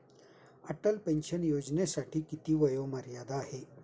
Atal pension योजनेसाठी किती वयोमर्यादा आहे?